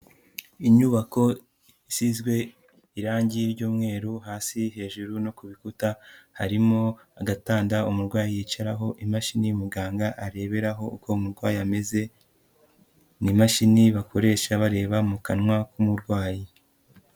Inyubako isizwe irangi ry'umweru hasi, hejuru, no ku bikuta, harimo agatanda umurwayi yicaraho, imashini umuganga areberaho uko umurwayi ameze, ni imashini bakoresha bareba mu kanwa k'umurwayi.